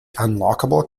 unlockable